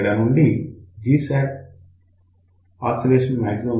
ఇక్కడ నుండిGoscmax